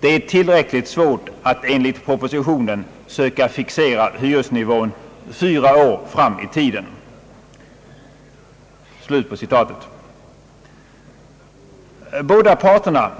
Det är tillräckligt svårt att enligt propositionen söka fixera hyresnivån fyra år fram i tiden.» Båda parterna,